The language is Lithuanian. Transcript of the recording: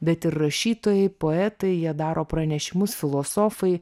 bet ir rašytojai poetai jie daro pranešimus filosofai